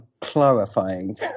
clarifying